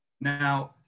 Now